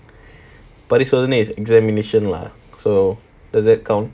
பரிசோதனை:parisothanai is examination lah so does that count